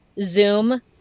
Zoom